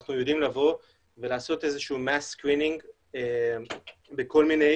שאנחנו יודעים לעשות mass screening בכל מיני